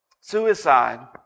Suicide